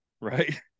right